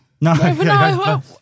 No